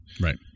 right